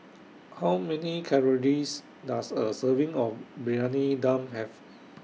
How Many Calories Does A Serving of Briyani Dum Have